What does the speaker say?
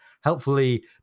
helpfully